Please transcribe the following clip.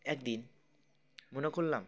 একদিন মনে করলাম